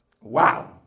Wow